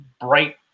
bright